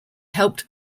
helped